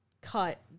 cut